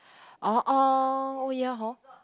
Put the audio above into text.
orh orh oh ya hor